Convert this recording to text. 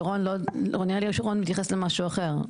נראה לי שרון מתייחס למשהו אחר,